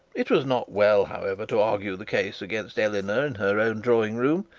it was not well, however, to argue the case against eleanor in her own drawing-room,